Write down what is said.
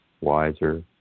wiser